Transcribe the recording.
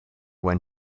when